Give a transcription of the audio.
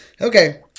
okay